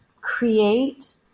create